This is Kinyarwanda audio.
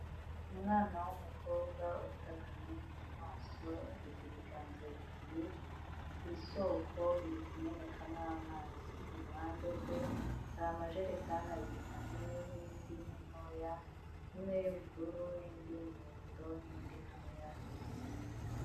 Umwana w'umukobwa ufite akamwenyu mu maso, yateze ibiganza bibiri ku isoko biri kumenekamo amazi. Iruhande rwe hari amajerekani abiri manini n'indi imwe ntoya, imwe y'ubururu n'indi y'umuhondo n'indi ntoya.